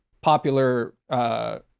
popular